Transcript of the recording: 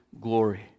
glory